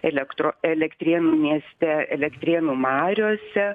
elektro elektrėnų mieste elektrėnų mariose